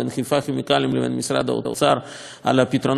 לבין משרד האוצר על הפתרונות האפשריים.